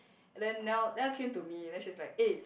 then Niel Niel came to me and then she's like eh